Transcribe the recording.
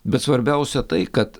bet svarbiausia tai kad